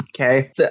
Okay